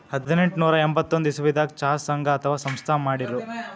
ಹದನೆಂಟನೂರಾ ಎಂಬತ್ತೊಂದ್ ಇಸವಿದಾಗ್ ಚಾ ಸಂಘ ಅಥವಾ ಸಂಸ್ಥಾ ಮಾಡಿರು